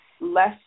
less